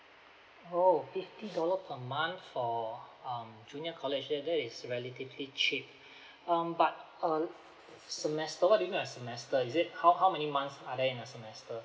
oh fifty dollars per month for um junior college that that is relatively cheap um but uh semester what do you mean by semester is it how how many months are there in a semester